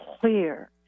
clear